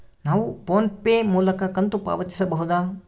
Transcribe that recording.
ನಾವು PhonePe ಮೂಲಕ ಕಂತು ಪಾವತಿಸಬಹುದಾ?